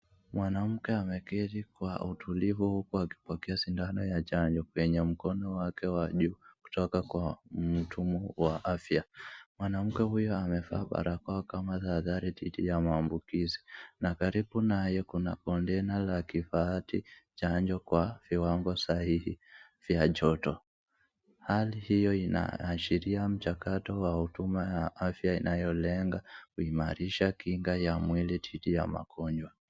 Mwanamke ameketi kwa utulivu huku akipokea sindano ya chanjo kwenye mkono wake wa juu kutoka kwa mhudumu wa afya. Mwanamke huyo amevaa barakoa kama tahadhari dhidi ya maambukizi na karibu naye kuna kontena la kifaa cha chanjo kwa viwango sahihi vya joto. Hali hiyo inaashiria mchakato wa huduma ya afya inayolenga kuimarisha kinga ya mwili dhidi ya magonjwa.